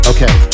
Okay